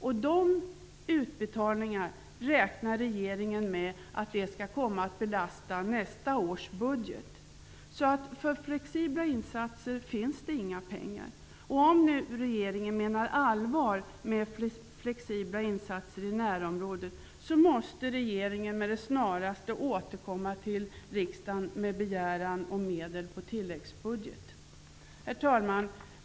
Dessa utbetalningar beräknar regeringen skall komma att belasta nästa års budget. För flexibla insatser finns inga pengar. Om regeringen nu menar allvar med flexibla insatser i närområdet, måste regeringen med det snaraste återkomma till riksdagen med begäran om medel på tilläggsbudget. Herr talman!